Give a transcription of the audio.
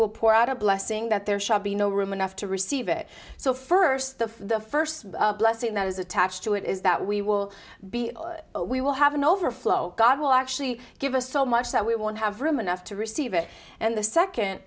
will pour out a blessing that there shall be no room enough to receive it so first of the first blessing that is attached to it is that we will be we will have an overflow god will actually give us so much that we won't have room enough to receive it and the second